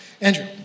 Andrew